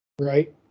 Right